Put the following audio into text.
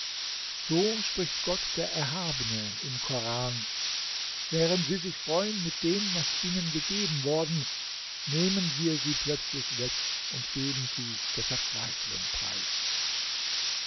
so spricht gott der erhabene im koran während sie sich freuen mit dem was ihnen gegeben worden nehmen wir sie plötzlich weg und geben sie der verzweiflung preis